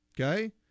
Okay